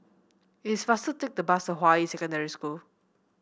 it is faster to take the bus to Hua Yi Secondary School